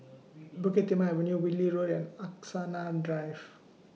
Bukit Timah Avenue Whitley Road and Angsana Drive